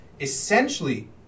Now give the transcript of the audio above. Essentially